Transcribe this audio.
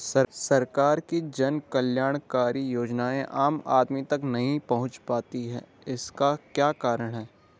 सरकार की जन कल्याणकारी योजनाएँ आम आदमी तक नहीं पहुंच पाती हैं इसका क्या कारण है?